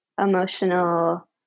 emotional